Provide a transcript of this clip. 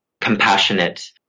compassionate